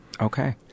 Okay